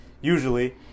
usually